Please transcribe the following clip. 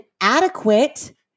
adequate